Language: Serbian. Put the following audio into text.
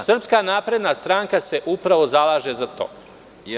Srpska napredna stranka se upravo zalaže za to.